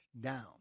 down